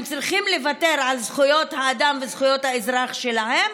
הם צריכים לוותר על זכויות האדם וזכויות האזרח שלהם